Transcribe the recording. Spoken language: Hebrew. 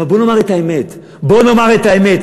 עכשיו בוא נאמר את האמת, בוא נאמר את האמת.